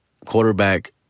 quarterback